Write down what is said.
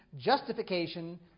justification